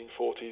1940s